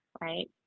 Right